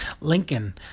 Lincoln